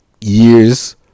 years